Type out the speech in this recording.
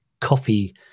coffee